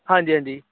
ਹਾਂਜੀ ਹਾਂਜੀ